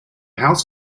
house